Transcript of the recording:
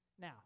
Now